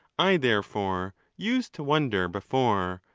i therefore used to wonder before,